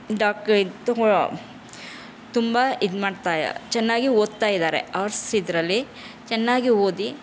dock ಇದು ತಗೊ ತುಂಬ ಇದು ಮಾಡ್ತಾ ಚೆನ್ನಾಗಿ ಓದ್ತಾ ಇದ್ದಾರೆ ಆರ್ಟ್ಸ್ ಇದರಲ್ಲಿ ಚೆನ್ನಾಗಿ ಓದಿ